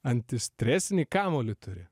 antis stresinį kamuolį turi